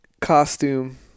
costume